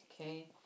Okay